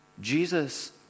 Jesus